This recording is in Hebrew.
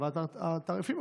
ועדת התעריפים,